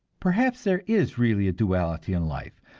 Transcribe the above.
perhaps there is really a duality in life.